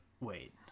wait